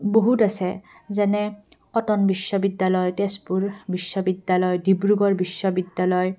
বহুত আছে যেনে কটন বিশ্ববিদ্যালয় তেজপুৰ বিশ্ববিদ্যালয় ডিব্ৰুগড় বিশ্ববিদ্যালয়